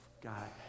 God